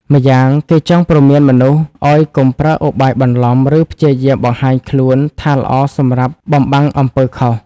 ម្យ៉ាងគេចង់ព្រមានមនុស្សឲ្យកុំប្រើឧបាយបន្លំ ឬព្យាយាមបង្ហាញខ្លួនថាល្អសម្រាប់បំបាំងអំពើខុស។